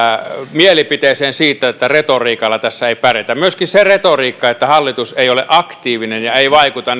mielipiteeseen siitä että retoriikalla tässä ei pärjätä myöskin siitä retoriikasta että hallitus ei ole aktiivinen ja ei vaikuta